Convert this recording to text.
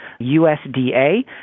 USDA